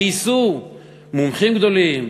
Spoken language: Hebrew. גייסו מומחים גדולים,